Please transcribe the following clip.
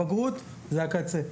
הבגרות זה הקצה.